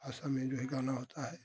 असल में जो ही गाना होता है